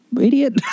idiot